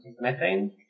methane